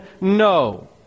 no